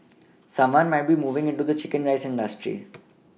someone might be moving into the chicken rice industry